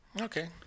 Okay